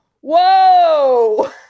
Whoa